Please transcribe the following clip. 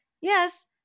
yes